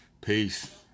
peace